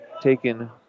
taken